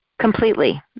Completely